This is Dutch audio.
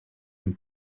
een